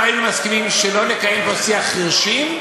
היינו מסכימים שלא נקיים פה שיח חירשים,